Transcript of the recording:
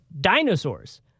dinosaurs